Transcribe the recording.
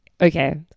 okay